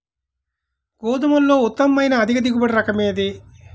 గోధుమలలో ఉత్తమమైన అధిక దిగుబడి రకం ఏది?